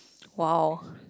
!wow!